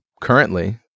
currently